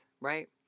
right